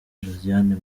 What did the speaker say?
josiane